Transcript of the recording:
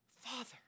Father